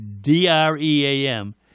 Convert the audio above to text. D-R-E-A-M